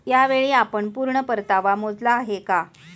यावेळी आपण पूर्ण परतावा मोजला आहे का?